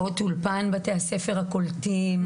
בתי הספר הקולטים קיבלו שעות אולפן.